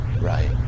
Right